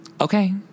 Okay